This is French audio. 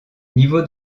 niveau